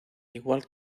igual